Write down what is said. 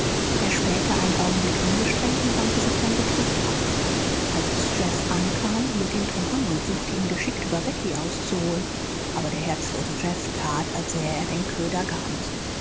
er spähte einen augenblick angestrengt und wandte sich dann betrübt ab als jeff ankam hielt ihn tom an und suchte ihn geschickt über becky auszuholen aber der herzlose jeff tat als sähe er den köder gar nicht